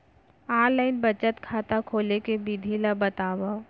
Online बचत खाता खोले के विधि ला बतावव?